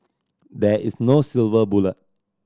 there is no silver bullet